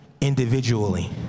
individually